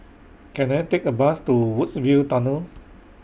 Can I Take A Bus to Woodsville Tunnel